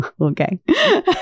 Okay